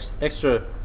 extra